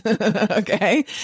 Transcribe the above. Okay